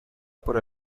por